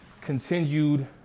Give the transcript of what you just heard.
continued